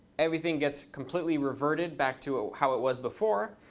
everything gets completely reverted back to how it was before.